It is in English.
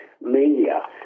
media